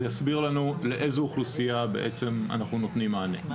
זה יסביר לנו לאיזו אוכלוסייה בעצם אנחנו נותנים מענה.